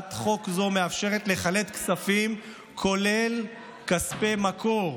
הצעת חוק זו מאפשרת לחלט כספים, כולל כספי מקור.